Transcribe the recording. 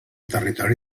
territori